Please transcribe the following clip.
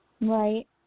Right